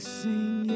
sing